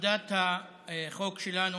הצמדת החוק שלנו,